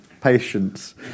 patience